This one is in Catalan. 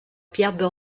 pierre